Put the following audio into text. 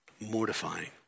mortifying